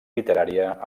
literària